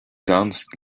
danced